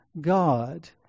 God